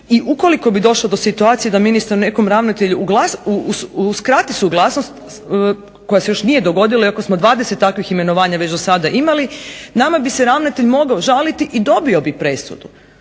i ukoliko bi došlo do situacije da ministar nekom ravnatelju uskrati suglasnost koja se još nije dogodila iako smo 20 takvih imenovanja već dosada imali nama bi se ravnatelj mogao žaliti i dobio bi presudu